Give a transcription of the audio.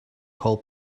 call